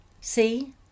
see